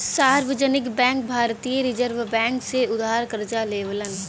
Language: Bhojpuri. सार्वजनिक बैंक भारतीय रिज़र्व बैंक से उधार करजा लेवलन